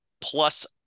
plus